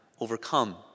overcome